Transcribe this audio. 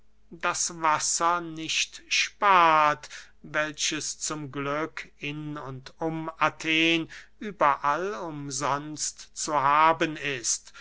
das wasser nicht spart welches zum glück in und um athen überall umsonst zu haben ist